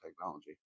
technology